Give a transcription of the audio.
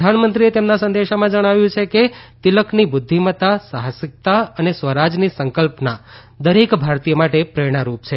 પ્રધાનમંત્રીએ તેમના સંદેશામાં જણાવ્યું છે કે તિલકની બુધ્ધિમતા સાહસીકતા અને સ્વરાજની સંકલ્પના દરેક ભારતીય માટે પ્રેરણારૂપ છે